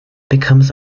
becomes